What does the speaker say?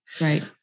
Right